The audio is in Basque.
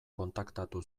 kontaktatu